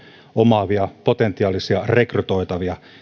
omaavia potentiaalisia rekrytoitavia